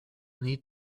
need